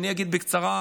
אני אגיד בקצרה,